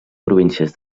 províncies